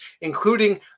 including